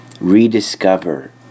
rediscover